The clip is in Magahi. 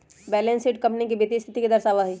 बैलेंस शीट कंपनी के वित्तीय स्थिति के दर्शावा हई